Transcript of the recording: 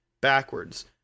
backwards